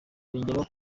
yongeyeho